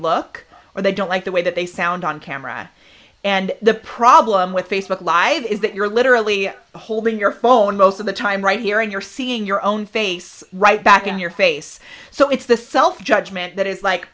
look or they don't like the way that they sound on camera and the problem with facebook live is that you're literally holding your phone most of the time right here and you're seeing your own face right back in your face so it's the self judgment that is like